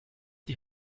die